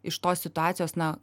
iš tos situacijos na